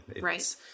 right